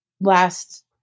last